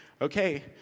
okay